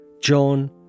John